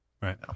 right